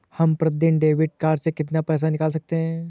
हम प्रतिदिन debit card से कितना पैसा निकाल सकते हैं?